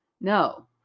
No